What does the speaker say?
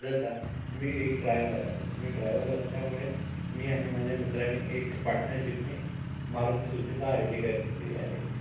जसा मी एक ड्रायव्हर आहे मी ड्रायव्हर असल्यामुळे मी आणि माझ्या मित्राने एक पार्टनरशिपने मारुती सुझुका आर्टिका घेतली आहे